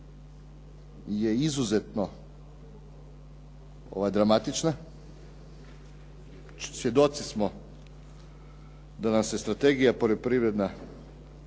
je izuzetno dramatična. Svjedoci smo da nam se strategija poljoprivredna